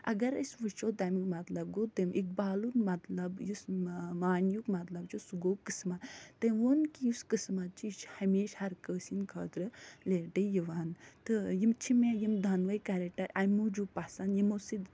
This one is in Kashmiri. اگر أسۍ وٕچھو تَمیُک مطلب گوٚو تٔمۍ اقبالُک مطلب یُس معنیُک مطلب چھُ سُہ گوٚو قٕسمہٕ تٔمۍ ووٚن کہِ یُس قٕسمت چھُ یہِ چھُ ہمیشہِ ہر کٲنٛسہِ ہِنٛدۍ خٲطرٕ لیٹٕے یِوان تہٕ یِم چھِ مےٚ یِم دۄنوَے کرٮ۪کٹر اَمہِ موٗجوٗب پسنٛد یِمو سۭتۍ